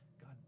God